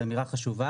זה אמירה חשובה.